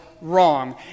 wrong